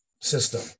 system